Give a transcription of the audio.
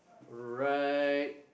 right